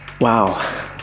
Wow